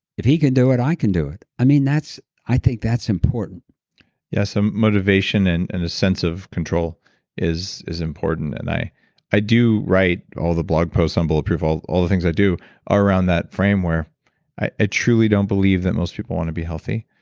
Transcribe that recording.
if he can do it, i can do it. i mean, i think that's important yes, some motivation and and a sense of control is is important and i i do write all the blog post on bulletproof of all the things i do around that frame where i ah truly don't believe that most people want to be healthy.